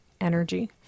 energy